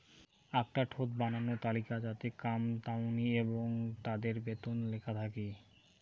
আকটা থোক বানানো তালিকা যাতে কাম তাঙনি এবং তাদের বেতন লেখা থাকি